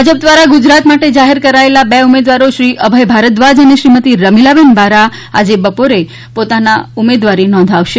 ભાજપ દ્વારા ગુજરાત માટે જાહેર કરાયેલા બે ઉમેદવારો શ્રી અભય ભારદ્વાજ અને શ્રીમતી રમીલાબેન બારા આજે બપોરે પોતાની ઉમેદવારી નોંધાવનાર છે